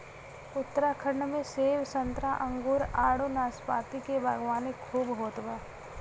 उत्तराखंड में सेब संतरा अंगूर आडू नाशपाती के बागवानी खूब होत बा